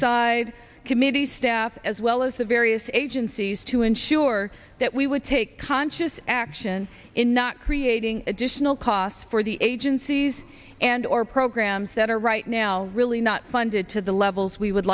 side committee staff as well as the various agencies to ensure that we would take conscious action in not creating additional costs for the agencies and or programs that are right now really not funded to the levels we would